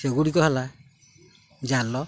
ସେଗୁଡ଼ିକ ହେଲା ଜାଲ